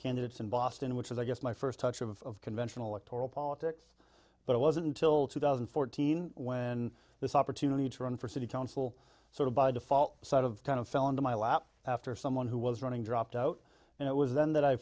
candidates in boston which is i guess my first touch of conventional or total politics but it wasn't until two thousand and fourteen when this opportunity to run for city council sort of by default sort of kind of fell into my lap after someone who was running dropped out and it was then that i